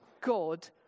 God